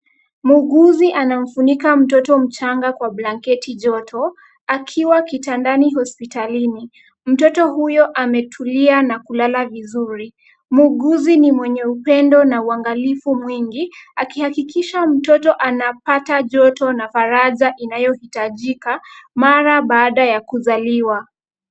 Muuguzi anamfunika mtoto mchanga kwa blanketi joto akiwa kitandani hospitalini. Mtoto huyo ametulia na kulala vizuri. Muuguzi ni mwenye upendo na uangalifu mwingi akihakikisha mtoto anapata joto na faraja inayohitajika mara baada ya kuzaliwa.